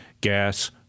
gas